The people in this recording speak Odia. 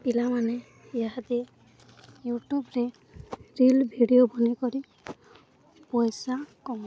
ପିଲାମାନେ ଇହାଦେ ୟୁଟ୍ୟୁବରେ ରିଲ୍ ଭିଡ଼ିଓ ବନେଇକରି ପଇସା କମାଉଛନ୍